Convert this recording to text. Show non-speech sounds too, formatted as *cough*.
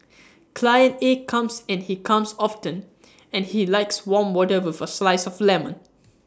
*noise* client A comes and he comes often *noise* and he likes warm water with A slice of lemon